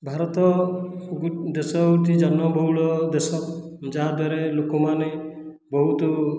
ଭାରତ ଦେଶ ହେଉଛି ଜନବହୁଳ ଦେଶ ଯାହାଦ୍ୱାରା ଲୋକମାନେ ବହୁତ